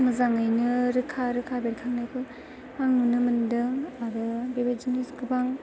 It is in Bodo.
मोजाङैनो रोखा रोखा बेरखांनायखौ आं नुनो मोन्दों आरो बेबायदिनो गोबां